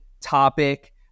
topic